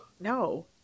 No